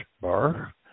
bar